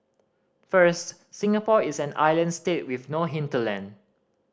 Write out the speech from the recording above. first Singapore is an island state with no hinterland